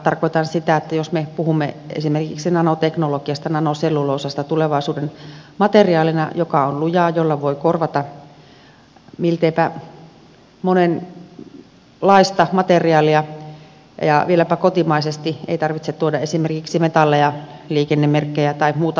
tarkoitan sitä kun me puhumme esimerkiksi nanoteknologiasta nanoselluloosasta tulevaisuuden materiaalina joka on lujaa jolla voi korvata monenlaista materiaalia ja vieläpä kotimaisesti ei tarvitse tuoda esimerkiksi metalleja liikennemerkkejä tai muuta varten